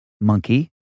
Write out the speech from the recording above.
Monkey